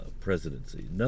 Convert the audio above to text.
presidency